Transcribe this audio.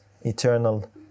eternal